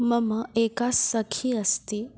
मम एका सखी अस्ति